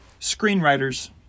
screenwriters